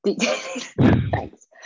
Thanks